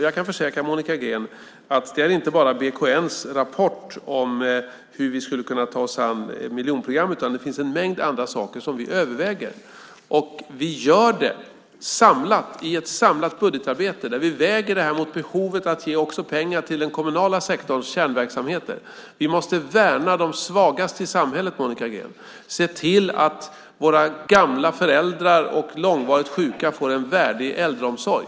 Jag kan försäkra Monica Green att det inte bara handlar om BKN:s rapport om hur vi skulle kunna ta oss an miljonprogrammet, utan det finns en mängd andra saker som vi också överväger. Vi gör det i ett samlat budgetarbete, genom att väga det mot behovet av pengar i den kommunala sektorns kärnverksamheter. Vi måste värna de svagaste i samhället, Monica Green. Vi måste se till att våra gamla föräldrar och långvarigt sjuka får en värdig äldreomsorg.